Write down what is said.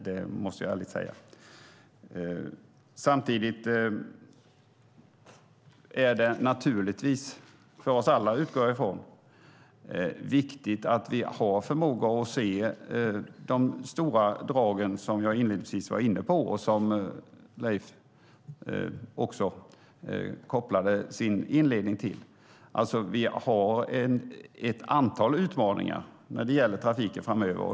Det är naturligtvis viktigt för oss alla, utgår jag från, att vi har förmåga att se de stora drag som jag inledningsvis var inne på och som Leif Pettersson kopplade sin inledning till. Vi har alltså ett antal utmaningar när det gäller trafiken framöver.